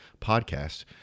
podcast